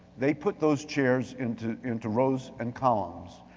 they put those chairs into into rows and columns.